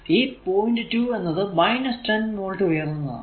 ഈ പോയിന്റ് 2 എന്നത് 10 വോൾട് ഉയർന്നതാണ്